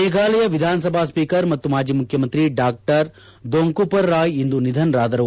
ಮೇಘಾಲಯ ವಿಧಾನಸಭಾ ಸ್ವೀಕರ್ ಮತ್ತು ಮಾಜಿ ಮುಖ್ಯಮಂತ್ರಿ ಡಾ ದೊಂಕುಪರ್ ರಾಯ್ ಇಂದು ನಿಧನರಾದರು